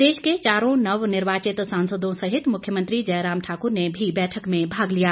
प्रदेश के चारों नवनिर्वाचित सांसदों सहित मुख्यमंत्री जयराम ठाकुर ने भी बैठक में भाग लिया